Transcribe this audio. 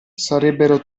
sarebbero